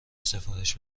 سفارش